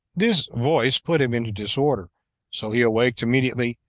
this voice put him into disorder so he awaked immediately,